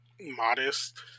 modest